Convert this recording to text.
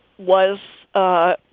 was a